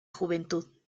juventud